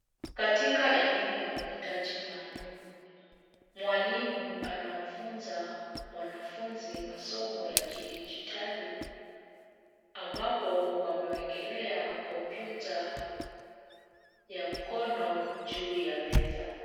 Katika elimu ya mahitaji maalum, mwalimu anamfunza mwanafunzi masomo ya kidijitali, ambapo wamewekelea kompyuta ya mkono juu ya meza.